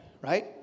right